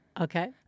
Okay